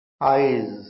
eyes